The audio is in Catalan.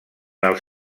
els